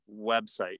website